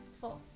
Four